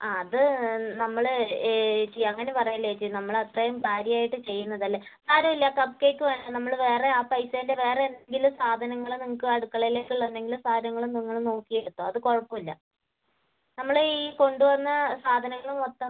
ആ അത് നമ്മൾ ചേച്ചി അങ്ങനെ പറയല്ലേ ചേച്ചി നമ്മൾ അത്രയും കാര്യമായിട്ട് ചെയ്യുന്നതല്ലേ സാരമില്ല കപ്പ് കേക്ക് വേണ്ട നമ്മൾ വേറെ ആ പൈസൻ്റെ വേറെ എന്തെങ്കിലും സാധനങ്ങൾ നിങ്ങൾക്ക് അടുക്കളയിലേക്കു എന്തെങ്കിലും സാധനങ്ങൾ നിങ്ങൾ നോക്കി എടുത്തോ അത് കുഴപ്പമില്ല നമ്മൾ ഈ കൊണ്ട് വന്ന സാധനങ്ങൾ മൊത്തം